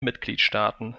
mitgliedstaaten